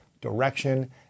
direction